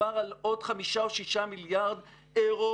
מדובר על עוד חמישה או שישה מיליארד אירו